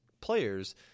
players